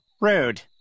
Rude